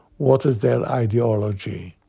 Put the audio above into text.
what is their ideology.